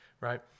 Right